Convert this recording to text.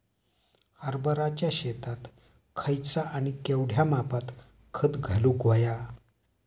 हरभराच्या शेतात खयचा आणि केवढया मापात खत घालुक व्हया?